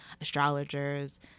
astrologers